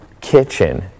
kitchen